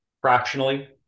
fractionally